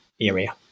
area